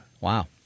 Wow